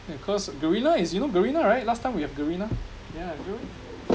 cause Garena is you know Garena right last time we have Garena yeah during